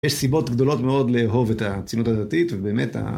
יש סיבות גדולות מאוד לאהוב את הציונות הדתית, ובאמת ה...